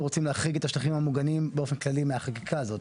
רוצים להחריג את השטחים המוגנים מהחקיקה הזאת